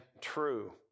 true